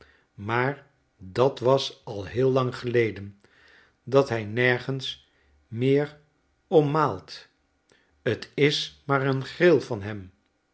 maar dat was al heel lang geleden dat hij nergens meer om maalt t is maar een gril van hem